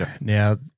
Now